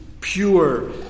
Pure